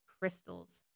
crystals